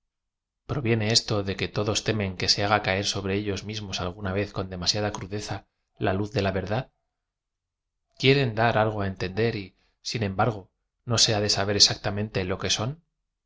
proviene esto de que todos temen que se haga caer sobre ellos mismos alguna v e z con demasiada crudeza la luz de la verdad quieren dar algo á entender y sin embargo no se ha de saber exactamente lo que son